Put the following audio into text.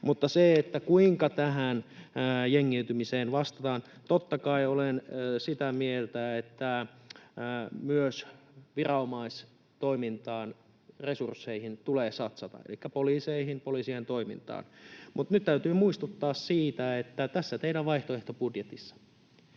Mutta kuinka tähän jengiytymiseen vastataan? Totta kai olen sitä mieltä, että myös viranomaistoimintaan, resursseihin tulee satsata elikkä poliiseihin, poliisien toimintaan, mutta nyt täytyy muistuttaa siitä, että tässä teidän vaihtoehtobudjetissa